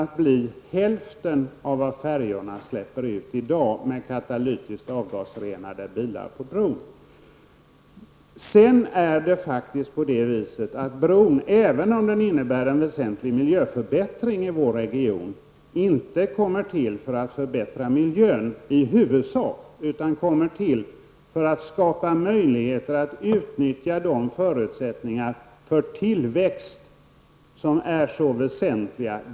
Utsläppen på bron blir med katalytiskt avgasrenade bilar hälften av vad färjorna i dag släpper ut. Även om bron medför en väsentlig miljöförbättring i vår region, kommer den i huvudsak inte till för att förbättra miljön, utan den kommer till för att man skall skapa möjligheter att utnyttja förutsättningarna för den tillväxt som är så väsentlig.